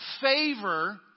favor